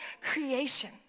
creation